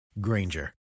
Granger